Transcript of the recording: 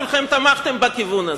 אבל אז כולכם תמכתם בכיוון הזה.